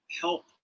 help